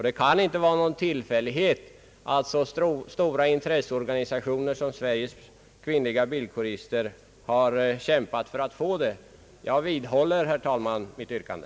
Det kan inte vara någon tillfällighet att t.ex. en så stor intresseorganisation som Sveriges kvinnliga bilkårister har kämpat för att få en sådan bestämmelse. Jag vidhåller, herr talman, mitt yrkande.